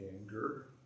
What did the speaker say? anger